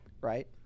right